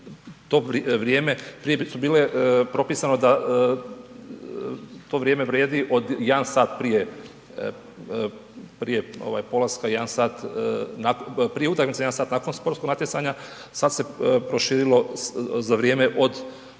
prije je bilo propisano da to vrijeme vrijedi od jedan sat prije utakmice i jedan sat nakon sportskog natjecanja. Sada se proširilo za vrijeme od početka